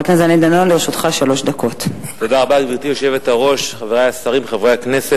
הצעות לסדר-היום אנחנו חוזרים לסדר-היום שלנו.